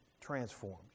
transformed